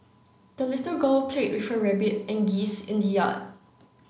the little girl played with her rabbit and geese in the yard